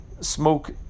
smoke